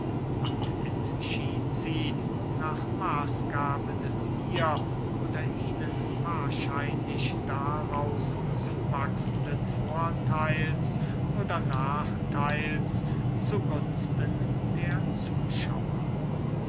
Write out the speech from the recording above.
und entschied sie nach maßgabe des ihr oder ihnen wahrscheinlich daraus zuwachsenden vortheils oder nachtheils zu gunsten der zuschauer